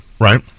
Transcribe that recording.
Right